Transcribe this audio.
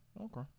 Okay